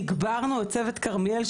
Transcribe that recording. תגברנו את צוות כרמיאל,